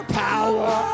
power